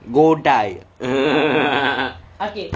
go die